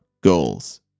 goals